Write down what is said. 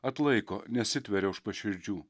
atlaiko nesitveria už paširdžių